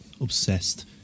obsessed